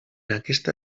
aquesta